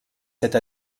cette